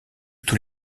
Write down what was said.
tous